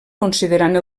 considerant